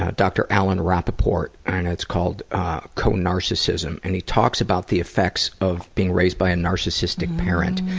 ah dr. alan rappoport and it's called co-narcissism. and he talks about the effects of being raised by a narcissistic parent,